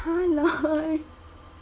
!huh! lol